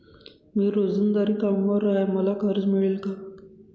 मी रोजंदारी कामगार आहे मला कर्ज मिळेल का?